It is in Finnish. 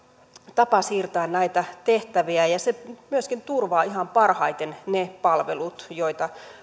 tapa siirtää näitä tehtäviä ja se myöskin turvaa ihan parhaiten ne palvelut joita